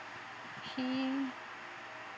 he